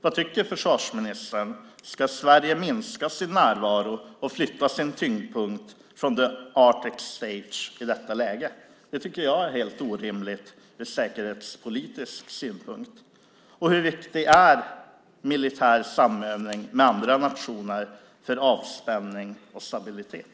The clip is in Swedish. Vad tycker försvarsministern? Ska Sverige minska sin närvaro och flytta sin tyngdpunkt från the Arctic stage i detta läge? Det tycker jag är helt orimligt ur säkerhetspolitisk synpunkt. Och hur viktig är militär samövning med andra nationer för avspänning och stabilitet?